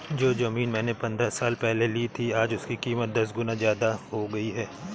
जो जमीन मैंने पंद्रह साल पहले ली थी, आज उसकी कीमत दस गुना जादा हो गई है